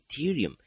ethereum